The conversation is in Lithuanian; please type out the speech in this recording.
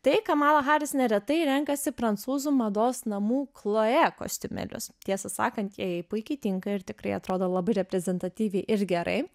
tai kamala haris neretai renkasi prancūzų mados namų chloje kostiumėlius tiesą sakant jie jai puikiai tinka ir tikrai atrodo labai reprezentatyviai ir gerai